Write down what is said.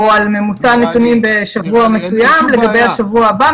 או על ממוצע הנתונים בשבוע מסוים לגבי שבוע הבא,